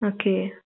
okay